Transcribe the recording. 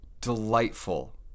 delightful